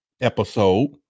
episode